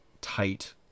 tight